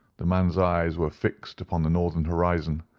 the man's eyes were fixed upon the northern horizon.